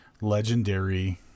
legendary